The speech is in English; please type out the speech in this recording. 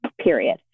period